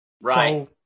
Right